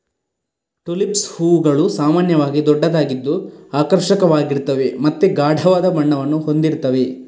tulips ಹೂವುಗಳು ಸಾಮಾನ್ಯವಾಗಿ ದೊಡ್ಡದಾಗಿದ್ದು ಆಕರ್ಷಕವಾಗಿರ್ತವೆ ಮತ್ತೆ ಗಾಢವಾದ ಬಣ್ಣವನ್ನ ಹೊಂದಿರ್ತವೆ